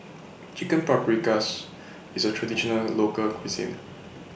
Chicken Paprikas IS A Traditional Local Cuisine